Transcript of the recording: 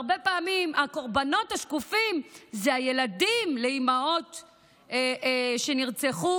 הרבה פעמים הקורבנות השקופים זה הילדים לאימהות שנרצחו,